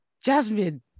Jasmine